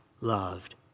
loved